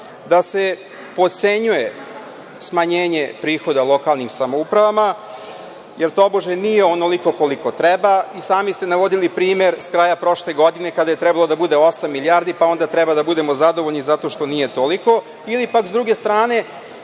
da se potcenjuje smanjenje prihoda lokalnim samoupravama jer tobože nije onoliko koliko treba i sami ste navodili primer sa kraja prošle godine kada je trebalo da bude osam milijardi, pa onda treba da budemo zadovoljni zato što nije toliko ili pak, s druge strane,